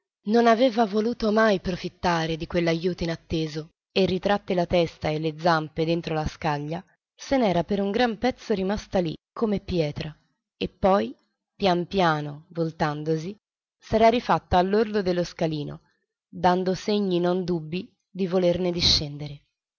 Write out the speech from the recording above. non aveva voluto mai profittare di quell'ajuto inatteso e ritratte la testa e le zampe dentro la scaglia se n'era per un gran pezzo rimasta lì come pietra e poi pian piano voltandosi s'era rifatta all'orlo dello scalino dando segni non dubbii di volerne discendere